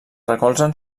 recolzen